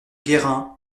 guérin